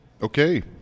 Okay